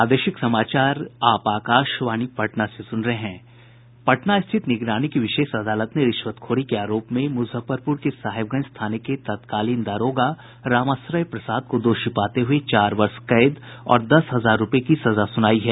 पटना स्थित निगरानी की विशेष अदालत ने रिश्वतखोरी के आरोप में मुजफ्फरपुर के साहेबगंज थाने के तत्कालीन दारोगा रामाश्रय प्रसाद को दोषी पाते हुये चार वर्ष कैद और दस हजार रूपये की सजा सुनाई है